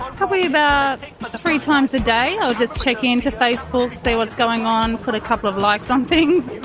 probably about three times a day i'll just check in to facebook, see what's going on, put a couple of likes on things.